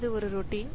இது ஒரு ரோட்டின்